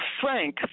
Frank